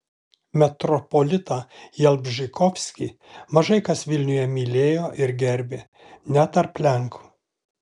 metropolitą jalbžykovskį mažai kas vilniuje mylėjo ir gerbė net tarp lenkų